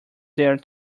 there